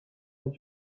that